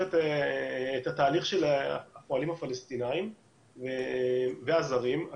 את התהליך של הפועלים הפלסטינים והזרים.